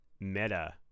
meta